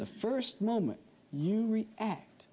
the first moment you a